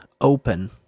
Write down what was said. open